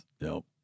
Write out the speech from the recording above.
Nope